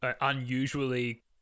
unusually